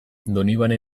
donibane